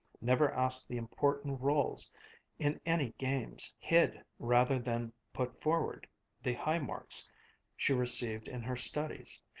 never asked the important roles in any games, hid rather than put forward the high marks she received in her studies,